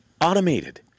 automated